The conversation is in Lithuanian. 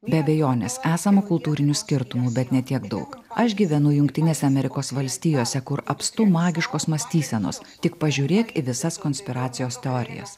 be abejonės esama kultūrinių skirtumų bet ne tiek daug aš gyvenu jungtinėse amerikos valstijose kur apstu magiškos mąstysenos tik pažiūrėk į visas konspiracijos teorijas